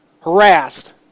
harassed